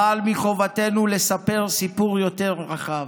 אבל מחובתנו לספר סיפור יותר רחב.